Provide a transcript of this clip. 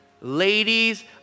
Ladies